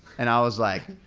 and i was like, oh?